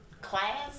class